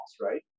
right